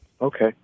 Okay